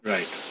Right